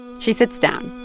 she sits down,